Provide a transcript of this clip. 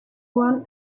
won